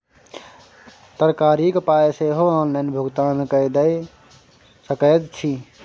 तरकारीक पाय सेहो ऑनलाइन भुगतान कए कय दए सकैत छी